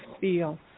feel